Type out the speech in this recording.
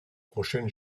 prochaine